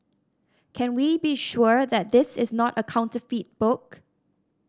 can we be sure that this is not a counterfeit book